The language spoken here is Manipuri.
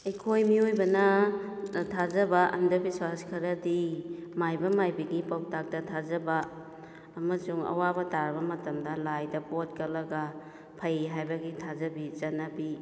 ꯑꯩꯈꯣꯏ ꯃꯤꯑꯣꯏꯕꯅ ꯊꯥꯖꯕ ꯑꯟꯗꯕꯤꯁꯋꯥꯁ ꯈꯔꯗꯤ ꯃꯥꯏꯕ ꯃꯥꯏꯕꯤꯒꯤ ꯄꯥꯎꯇꯥꯛꯇ ꯊꯥꯖꯕ ꯑꯃꯁꯨꯡ ꯑꯋꯥꯕ ꯇꯥꯔꯕ ꯃꯇꯝꯗ ꯂꯥꯏꯗ ꯄꯣꯠ ꯀꯠꯂꯒ ꯐꯩ ꯍꯥꯏꯕꯒꯤ ꯊꯥꯖꯕꯤ ꯆꯠꯅꯕꯤ